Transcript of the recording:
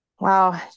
Wow